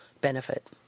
benefit